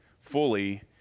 fully